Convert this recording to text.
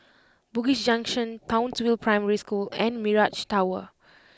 Bugis Junction Townsville Primary School and Mirage Tower